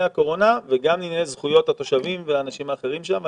הקורונה וגם לענייני זכויות התושבים והאנשים האחרים שם.